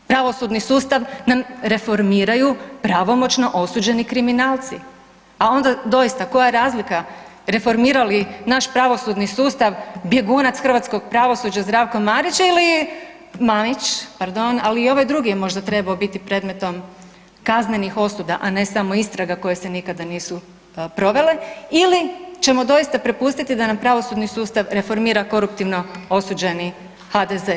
Pravosudni sustav nam reformiraju pravomoćno osuđeni kriminalci, a onda doista koja je razlika reformira li naš pravosudni sustav bjegunac hrvatskog pravosuđa Zdravko Marić, Mamić pardon, ali i ovaj drugi je možda trebao biti predmetom kaznenih osuda, a ne samo istraga koje se nikada nisu provele ili ćemo doista prepustiti da nam pravosudni sustav reformira koruptivno osuđeni HDZ.